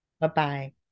Bye-bye